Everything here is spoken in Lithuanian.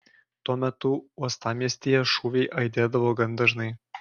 tuo metu uostamiestyje šūviai aidėdavo gan dažnai